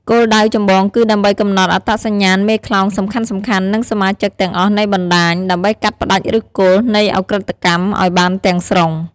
គោលដៅចម្បងគឺដើម្បីកំណត់អត្តសញ្ញាណមេខ្លោងសំខាន់ៗ និងសមាជិកទាំងអស់នៃបណ្តាញ ដើម្បីកាត់ផ្តាច់ឫសគល់នៃឧក្រិដ្ឋកម្មឲ្យបានទាំងស្រុង។